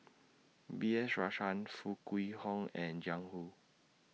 B S Rajhans Foo Kwee Horng and Jiang Hu